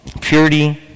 Purity